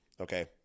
okay